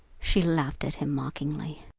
she laughed at him mockingly.